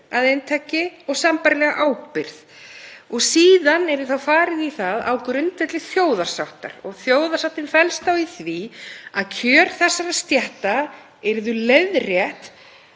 að inntaki og sambærilega ábyrgð. Síðan yrði farið í það á grundvelli þjóðarsáttar og þjóðarsáttin felst þá í því að kjör þessara stétta yrðu leiðrétt